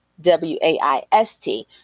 W-A-I-S-T